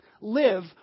Live